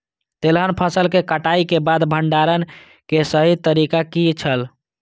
तेलहन फसल के कटाई के बाद भंडारण के सही तरीका की छल?